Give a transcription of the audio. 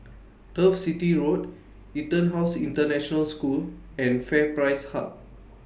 Turf City Road Etonhouse International School and FairPrice Hub